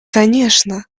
конечно